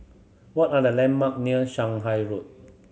what are the landmark near Shanghai Road